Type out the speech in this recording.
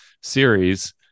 series